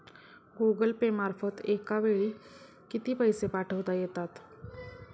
Google Pay मार्फत एका वेळी किती पैसे पाठवता येतात?